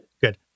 Good